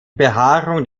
behaarung